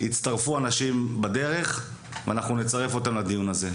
יצטרפו אנשים בדרך, ואנחנו נצרף אותם לדיון הזה.